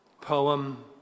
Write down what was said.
poem